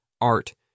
art